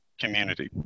community